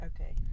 Okay